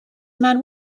man